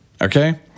Okay